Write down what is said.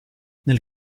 nel